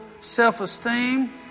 self-esteem